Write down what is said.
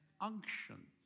unction